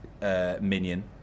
minion